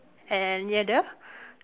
and near the